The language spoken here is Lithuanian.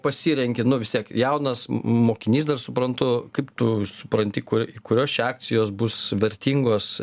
pasirenki nu vis tiek jaunas mokinys dar suprantu kaip tu supranti kur kurios čia akcijos bus vertingos